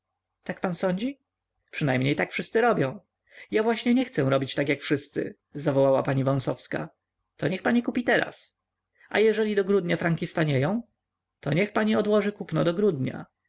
tak pan sądzi przynajmniej tak wszyscy robią ja właśnie nie chcę robić jak wszyscy zawołała pani wąsowska to niech pani kupi teraz a jeżeli do grudnia franki stanieją to niech pani odłoży kupno do grudnia